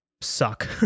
suck